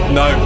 no